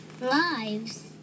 lives